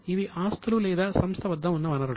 ఇవి ఆస్తులు లేదా సంస్థ వద్ద ఉన్న వనరులు